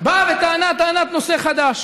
באה וטענה טענת נושא חדש.